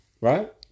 Right